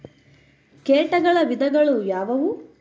ಕೇಟಗಳ ವಿಧಗಳು ಯಾವುವು?